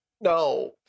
No